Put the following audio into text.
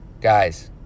Guys